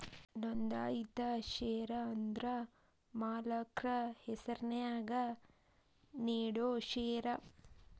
ನೋಂದಾಯಿತ ಷೇರ ಅಂದ್ರ ಮಾಲಕ್ರ ಹೆಸರ್ನ್ಯಾಗ ನೇಡೋ ಷೇರ